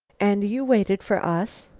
and you waited for us?